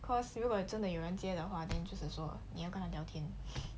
cause you know about 真的有人接的话 then 就是说你要跟他聊天:jiu shi shuo ni yao gen ta liao